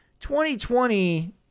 2020